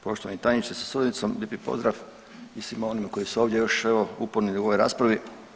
Poštovani tajniče sa suradnicom lijepi pozdrav i svima onima koji su ovdje još evo uporni u ovoj raspravi.